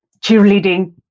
cheerleading